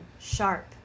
sharp